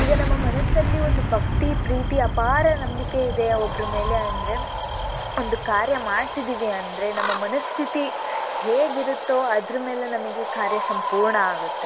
ಈಗ ನಮ್ಮ ಮನಸ್ಸಲ್ಲಿ ಒಂದು ಭಕ್ತಿ ಪ್ರೀತಿ ಅಪಾರ ನಂಬಿಕೆ ಇದೆ ಒಬ್ಬರ ಮೇಲೆ ಅಂದರೆ ಒಂದು ಕಾರ್ಯ ಮಾಡ್ತಿದ್ದೀವಿ ಅಂದರೆ ನಮ್ಮ ಮನಸ್ಥಿತಿ ಹೇಗಿರುತ್ತೋ ಅದರ ಮೇಲೆ ನಮಗೆ ಕಾರ್ಯ ಸಂಪೂರ್ಣ ಆಗತ್ತೆ